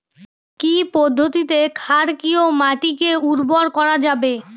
কি পদ্ধতিতে ক্ষারকীয় মাটিকে উর্বর করা যাবে?